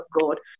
God